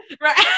right